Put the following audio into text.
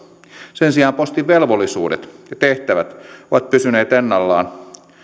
sen sijaan postin velvollisuudet ja tehtävät ovat pysyneet ennallaan